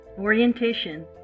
orientation